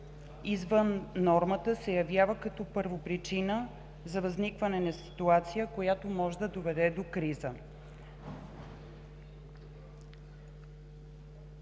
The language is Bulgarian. извън нормата се явява като първопричина за възникване на ситуация, която може да доведе до криза.